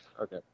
Okay